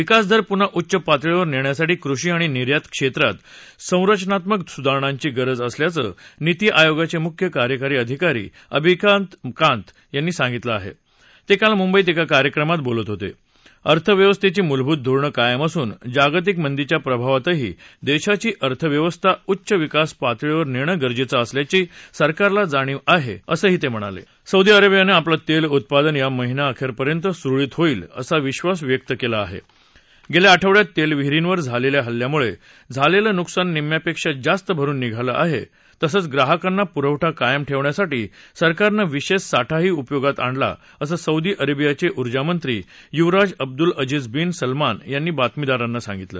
विकासदर पुन्हा उच्च पातळीवर नष्ठासाठी कृषी आणि निर्यात क्षात्त संखनात्मक सुधारणांची गरज असल्याचं नीती आयोगाचमिुख्य कार्यकारी अधिकारी अमिताभ कांत यांनी सांगितलं आहा जेळाल मुंबईत एका कार्यक्रमात बोलत होत अर्थव्यवस्थर्ती मूलभूत धोरणं कायम असून जागतिक मंदीच्या प्रभावातही दक्षिची अर्थव्यवस्था उच्च विकास पातळीवर नद्यागरजद्याअसल्याची सरकारला जाणीव आह असं तत् म्हणाल सौदी अरबिमानं आपलं तक्तीउत्पादन या महिनाअखस्पर्यंत सुरळीत होईल असा विश्वास व्यक्त क्वी आहा उच्खा आठवड्यात तक्तीविहिरींवर झालव्वी हल्ल्यामुळक्रिालवीनुकसान निम्यापक्ती जास्त भरुन निघालं आहक्रिसंच ग्राहकांना पुरवठा कायम ठक्षियासाठी सरकारनं विशक् साठाही उपयोगात आणला असं सौदी अरक्षिपाच ऊर्जामंत्री युवराज अब्दुल अज़ीज़ बिन सलमान यांनी बातमीदारांना सांगितलं